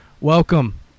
Welcome